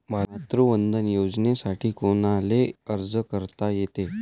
मातृवंदना योजनेसाठी कोनाले अर्ज करता येते?